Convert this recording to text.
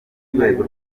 rwego